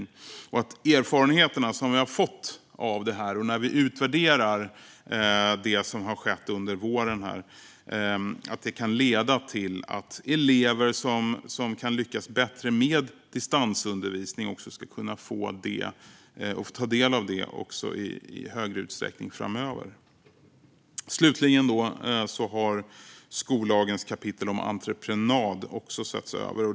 När vi utvärderar de erfarenheter som vi har fått av det som har skett under våren kan det leda till att elever som kan lyckas bättre med distansundervisning också ska kunna få ta del av sådan i större utsträckning även framöver. Slutligen har skollagens kapitel om entreprenad också setts över.